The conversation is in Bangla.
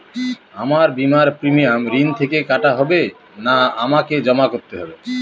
আমার বিমার প্রিমিয়াম ঋণ থেকে কাটা হবে না আমাকে জমা করতে হবে?